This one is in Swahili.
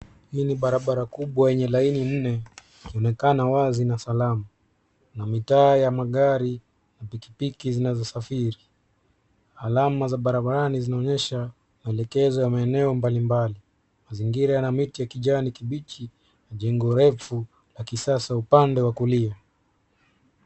Hii ni barabara kubwa enye laini nne inaonekana wazi na salama. Kuna mitaa ya magari na pikipiki zinazo safiri. Alama za barabarani zinaonyesha maelekezo ya maeneo mbalimbali. Mazingira yana miti ya kijani kibichi, jengo refu la kisasa upande wa kulia.